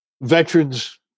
veterans